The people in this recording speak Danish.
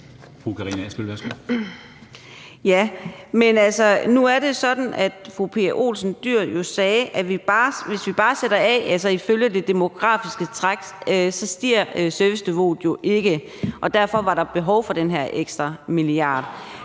nu er det sådan, at fru Pia Olsen Dyhr jo sagde, at »hvis vi bare sætter af ...«. Altså, i takt med det demografiske træk stiger serviceniveauet jo ikke, og derfor var der behov for den her ekstra milliard.